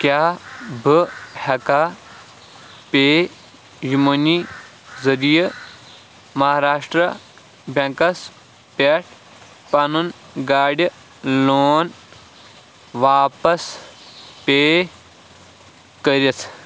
کیٛاہ بہٕ ہٮ۪کا پے یوٗ مٔنی ذٔریہِ مہاراشٹرٛا بٮ۪نٛکَس پٮ۪ٹھ پَنُن گاڑِ لون واپَس پے کٔرِتھ